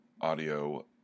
audio